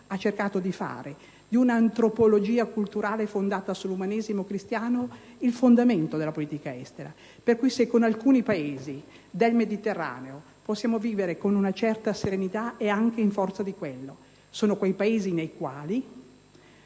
ha cercato di fare di un'antropologia culturale fondata sull'umanesimo cristiano il fondamento della sua politica estera. Se con alcuni Paesi del Mediterraneo possiamo vivere con una certa serenità è anche in forza di quello. In quei Paesi c'era